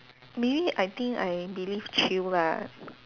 maybe I think I believe chill lah